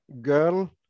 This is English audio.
girl